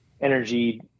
energy